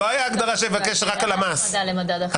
לא ביקשתי רק הלמ"ס.